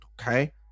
Okay